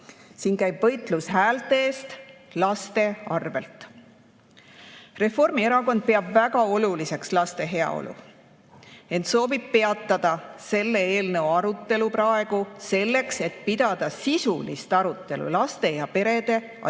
Siin käib võitlus häälte eest laste arvel. Reformierakond peab väga oluliseks laste heaolu, ent soovib peatada selle eelnõu arutelu praegu selleks, et pidada sisulist arutelu laste ja perede aitamiseks,